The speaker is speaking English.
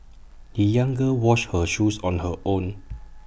the young girl washed her shoes on her own